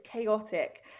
chaotic